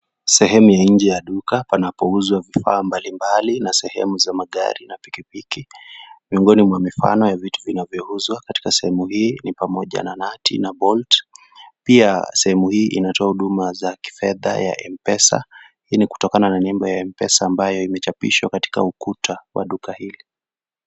Sehemu ya nje ya duka panapouzwa vifaa mbali mbali na sehemu za magari na pikipiki. Miongoni mwa mfano ya vitu zinavyouzwa katika sehemu hii ni pamoja na nati na bolt . Pia sehemu hii inatoa huduma ya kifedha ya M-pesa. Hii ni kutokana na nembo ya M-pesa ambayo imechapishwa katika ukuta wa duka hili.